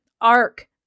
arc